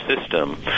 system